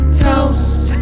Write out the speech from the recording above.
toast